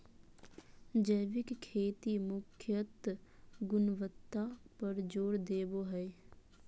जैविक खेती मुख्यत गुणवत्ता पर जोर देवो हय